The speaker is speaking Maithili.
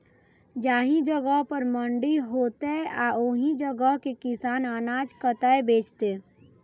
जाहि जगह पर मंडी हैते आ ओहि जगह के किसान अनाज कतय बेचते?